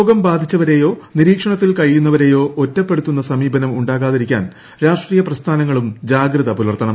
രോഗം ബാധിച്ചവരെയോ നിരീക്ഷണത്തിൽ കഴിയുന്നവരെയോ ഒറ്റപ്പെടുത്തുന്ന സമീപനം ഉണ്ടാവാതിരിക്കാൻ രാഷ്ട്രീയ പ്രസ്ഥാനങ്ങളും ജാഗ്രത പുലർത്തണം